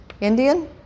indian